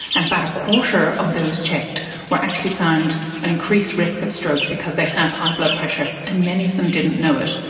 and about a quarter of those checked were actually found at and increased risk of stroke because they had high blood pressure, and many of them didn't know it.